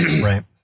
Right